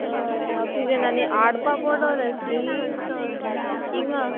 होय आक्सिजन आनी आडपा पोडलोलें तींग सोन तिंगा